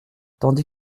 tandis